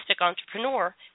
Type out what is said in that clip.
entrepreneur